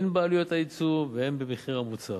הן בעלויות הייצור והן במחיר המוצר.